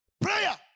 prayer